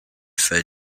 for